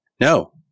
No